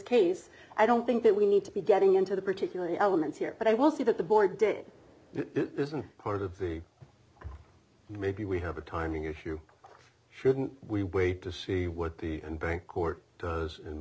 case i don't think that we need to be getting into the particularly elements here but i will say that the board did isn't part of the maybe we have a timing issue shouldn't we wait to see what the unbanked court does